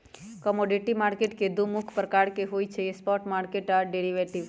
commodity market मुख्य दु प्रकार के होइ छइ स्पॉट मार्केट आऽ डेरिवेटिव